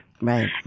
Right